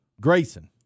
Grayson